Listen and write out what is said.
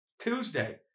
Tuesday